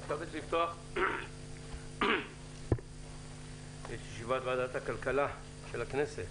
אני מתכבד לפתוח את ישיבת ועדת הכלכלה של הכנסת,